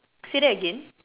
say that again